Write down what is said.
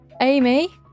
Amy